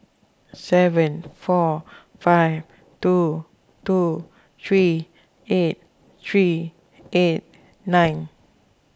seven four five two two three eight three eight nine